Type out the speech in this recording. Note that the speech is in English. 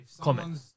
comment